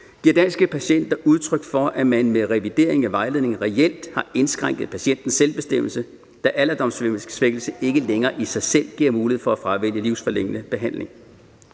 giver Danske Patienter udtryk for, at man med revidering af vejledningen reelt har indskrænket patientens selvbestemmelse, da alderdomssvækkelse ikke længere i sig selv giver mulighed for at fravælge livsforlængende behandling.